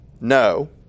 No